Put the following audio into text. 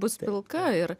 bus pilka ir